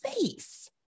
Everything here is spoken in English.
face